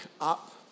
up